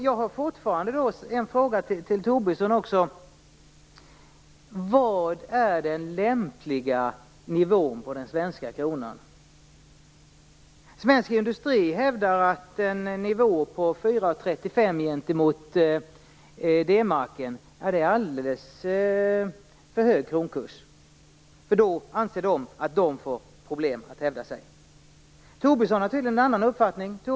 Jag har också en fråga till Tobisson: Vad är en lämplig nivån på den svenska kronan? Inom svensk industri hävdar man att en nivå på 4:35 gentemot D marken är en alldeles för hög kronkurs, för då anser man att man får problem att hävda sig. Tobisson har tydligen en annan uppfattning.